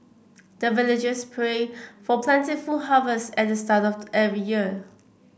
the villagers pray for plentiful harvest at the start of every year